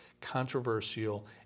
controversial